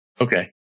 Okay